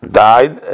died